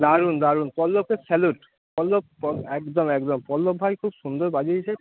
দারুণ দারুণ পল্লবকে স্যালুট পল্লব তো একদম একদম পল্লব ভাই খুব সুন্দর বাজিয়েছে